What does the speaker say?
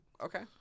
okay